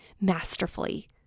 masterfully